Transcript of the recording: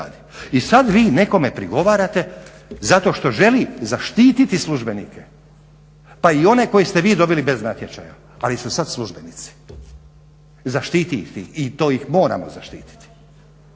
i sada vi nekome prigovarate zato što želi zaštititi službenike pa i one koje ste vi doveli bez natječaja ali su sada službenici. Zaštiti ih i to ih moramo zaštititi.